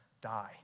die